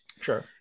Sure